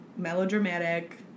melodramatic